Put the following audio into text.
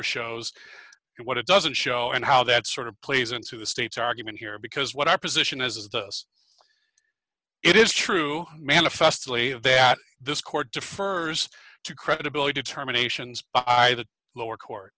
you what it doesn't show and how that sort of plays into the state's argument here because what our position is is this it is true manifestly that this court defers to credibility determinations i the lower court